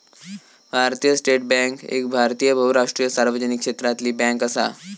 भारतीय state bank एक भारतीय बहुराष्ट्रीय सार्वजनिक क्षेत्रातली बॅन्क असा